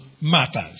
matters